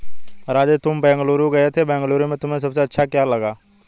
राजू तुम बेंगलुरु गए थे बेंगलुरु में तुम्हें सबसे अच्छा क्या लगा?